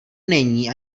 není